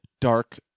dark